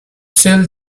sell